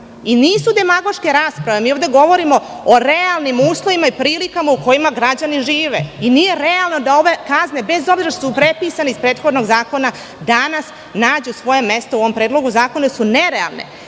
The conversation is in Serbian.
kaznu. Nisu demagoške rasprave. Mi ovde govorimo o realnim uslovima i prilikama u kojima građani žive. Nije realno da ove kazne, bez obzira što su prepisane iz prethodnog zakona, danas nađu svoje mesto u ovom predlogu zakona, jer su nerealne.